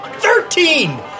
Thirteen